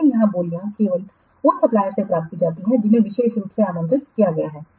लेकिन यहां बोलियां केवल उन सप्लायरससे प्राप्त की जाती हैं जिन्हें विशेष रूप से आमंत्रित किया गया है